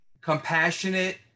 compassionate